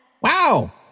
Wow